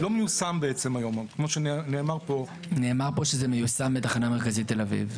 אבל גם הנוסח שהביאה כרגע הוועדה הוא נוסח שמכמת את זה בצורה הכי סבירה